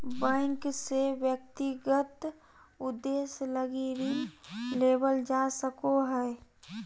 bank से व्यक्तिगत उद्देश्य लगी ऋण लेवल जा सको हइ